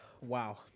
Wow